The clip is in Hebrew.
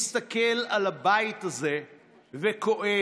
מסתכל על הבית הזה וכואב,